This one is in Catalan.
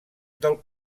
del